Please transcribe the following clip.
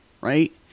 right